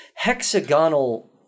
hexagonal